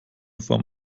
form